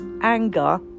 anger